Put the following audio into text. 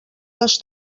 les